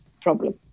problem